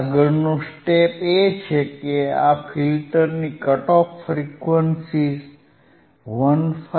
આગળનું સ્ટેપ એ છે કે આ ફિલ્ટરની કટ ઓફ ફ્રીક્વન્સીઝ 159